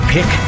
Pick